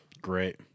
Great